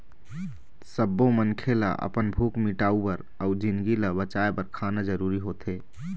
सब्बो मनखे ल अपन भूख मिटाउ बर अउ जिनगी ल बचाए बर खाना जरूरी होथे